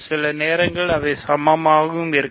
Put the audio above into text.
சில நேரங்களில் அவை சமமாக இருக்கும்